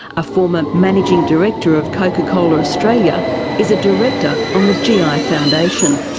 a former managing director of coca cola australia is a director on the gi ah foundation.